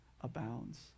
abounds